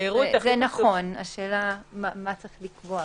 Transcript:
השאלה מה לקבוע.